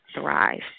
thrive